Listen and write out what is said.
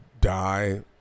die